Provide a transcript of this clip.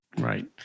Right